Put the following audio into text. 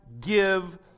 give